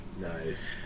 Nice